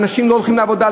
אנשים לא הולכים לעבודה,